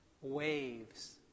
waves